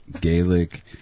Gaelic